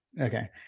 Okay